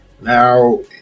Now